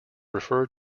refer